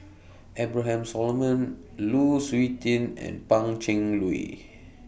Abraham Solomon Lu Suitin and Pan Cheng Lui